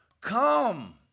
come